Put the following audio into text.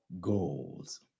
goals